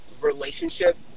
relationship